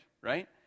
right